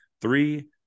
three